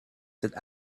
that